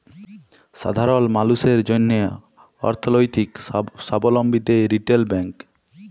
সাধারল মালুসের জ্যনহে অথ্থলৈতিক সাবলম্বী দেয় রিটেল ব্যাংক